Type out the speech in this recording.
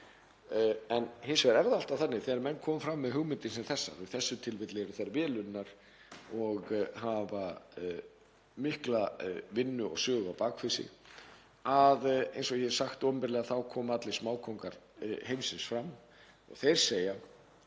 En hins vegar er það alltaf þannig þegar menn koma fram með hugmyndir sem þessar — í þessu tilfelli eru þær vel unnar og hafa mikla vinnu og sögu á bak við sig — eins og ég hef sagt opinberlega, þá koma allir smákóngar heimsins fram og þeir segja